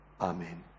Amen